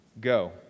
Go